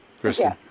Kristen